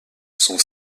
son